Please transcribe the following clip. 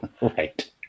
Right